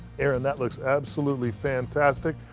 aaron, that looks absolutely fantastic.